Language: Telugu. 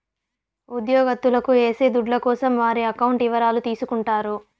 ఉద్యోగత్తులకు ఏసే దుడ్ల కోసం వారి అకౌంట్ ఇవరాలు తీసుకుంటారు